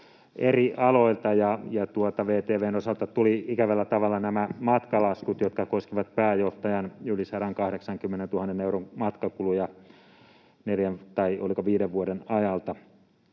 eri aloilta. VTV:n osalta tuli ikävällä tavalla nämä matkalaskut, jotka koskivat pääjohtajan yli 180 000 euron matkakuluja neljän vai oliko